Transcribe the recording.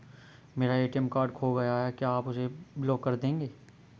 मेरा ATM card खो गया है क्या आप उसे ब्लॉक कर देंगे?